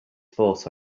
force